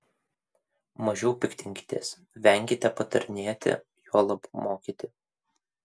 mažiau piktinkitės venkite patarinėti juolab mokyti